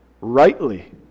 rightly